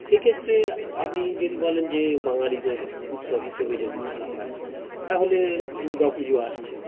সেক্ষেত্রে আপনি যদি বলেন যে বাঙালিদের উৎসব হিসেবে যদি ধরা হয় তাহলে দুর্গা পুজো আসছে